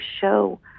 show